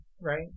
right